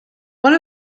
one